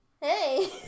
Hey